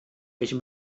welche